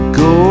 go